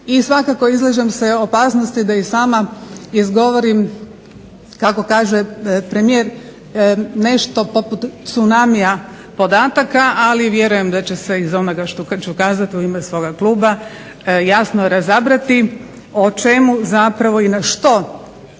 I svakako izlažem se opasnosti da i sama izgovorim kako kaže premijer nešto poput cunamija podataka ali vjerujem da iz onoga što ću kazati u ime svoga kluba jasno razabrati o čemu i na što